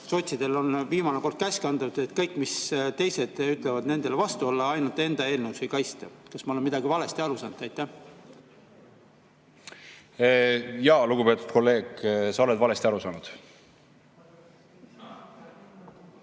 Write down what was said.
sotsidele oli viimane kord käsk antud, et kõigele, mis teised ütlevad, vastu olla ja ainult enda eelnõusid kaitsta. Kas ma olen millestki valesti aru saanud? Jaa, lugupeetud kolleeg, sa oled valesti aru saanud.